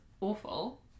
awful